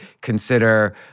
consider